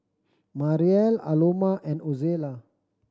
Mariel Aloma and Ozella